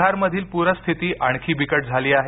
बिहारमधील पूर स्थिती आणखी बिकट झाली आहे